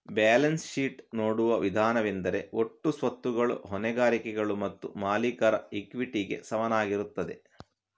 balance sheet ನೋಡುವ ವಿಧಾನವೆಂದರೆ ಒಟ್ಟು ಸ್ವತ್ತುಗಳು ಹೊಣೆಗಾರಿಕೆಗಳು ಮತ್ತು ಮಾಲೀಕರ ಇಕ್ವಿಟಿಗೆ ಸಮನಾಗಿರುತ್ತದೆ